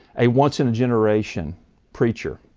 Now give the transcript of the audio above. a once in a generation preacher.